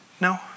No